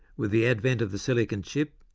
with the advent of the silicon chip,